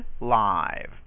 live